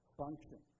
function